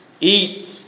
eat